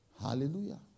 Hallelujah